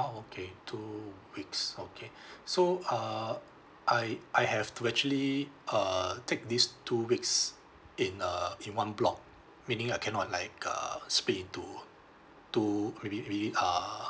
oh okay two weeks okay so uh I I have to actually uh take these two weeks in uh in one block meaning I cannot like uh split into two maybe maybe uh